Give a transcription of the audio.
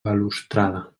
balustrada